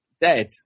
dead